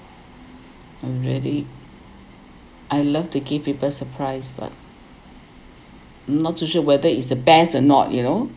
already I love to give people surprised but not too sure whether is the best or not you know